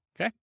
okay